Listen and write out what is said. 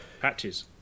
patches